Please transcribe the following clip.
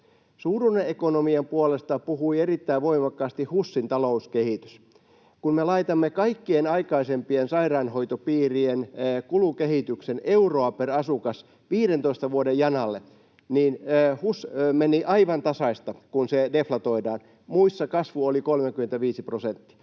Suuruuden ekonomian puolesta puhui erittäin voimakkaasti HUSin talouskehitys. Kun me laitamme kaikkien aikaisempien sairaanhoitopiirien kulukehityksen euroa per asukas 15 vuoden janalle, niin HUS meni aivan tasaista, kun se deflatoidaan. Muissa kasvu oli 35 prosenttia.